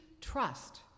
trust